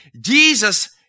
Jesus